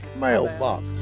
mailbox